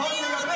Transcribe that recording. מה עשיתם?